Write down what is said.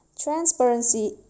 transparency